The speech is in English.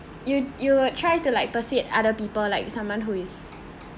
you you will try to like persuade other people like someone who is